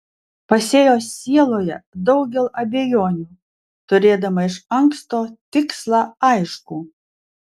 pasėjo sieloje daugel abejonių turėdama iš anksto tikslą aiškų